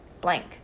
blank